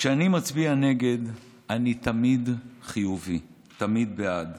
כשאני מצביע נגד אני תמיד חיובי, תמיד בעד.